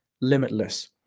limitless